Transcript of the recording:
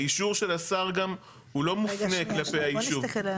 האישור של השר גם הוא לא מופנה כלפי האישור.